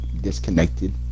disconnected